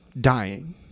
dying